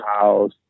house